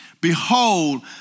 Behold